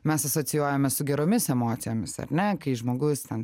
mes asocijuojame su geromis emocijomis ar ne kai žmogus ten